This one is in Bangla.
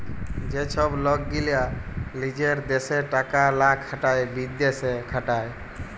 যে ছব লক গীলা লিজের দ্যাশে টাকা লা খাটায় বিদ্যাশে খাটায়